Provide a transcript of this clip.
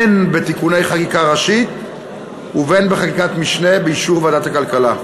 בין בתיקוני חקיקה ראשית ובין בחקיקת משנה באישור ועדת הכלכלה.